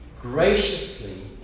graciously